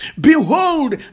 Behold